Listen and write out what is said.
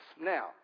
Now